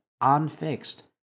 unfixed